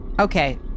Okay